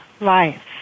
life